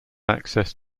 access